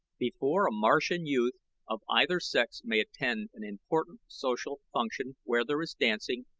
before a martian youth of either sex may attend an important social function where there is dancing,